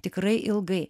tikrai ilgai